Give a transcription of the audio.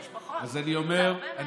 אני אומנם נחשפתי לנושא דרכן,